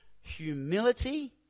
humility